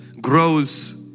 grows